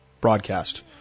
broadcast